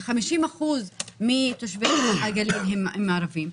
50% מתושבי הגליל הם ערבים,